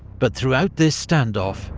but throughout this stand-off,